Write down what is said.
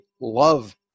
love